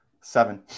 seven